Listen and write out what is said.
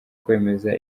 kwemeza